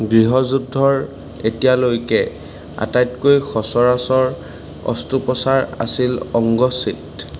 গৃহযুদ্ধৰ এতিয়ালৈকে আটাইতকৈ সচৰাচৰ অস্ত্ৰোপচাৰ আছিল অংগচ্ছেদ